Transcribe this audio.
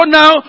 now